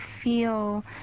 feel